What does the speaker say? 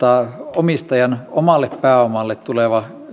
omistajan omalle pääomalle tuleva